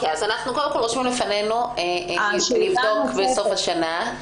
אנחנו רושמים לפנינו לבדוק בסוף השנה.